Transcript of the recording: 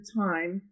time